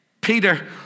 Peter